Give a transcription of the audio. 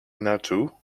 naartoe